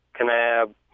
Canab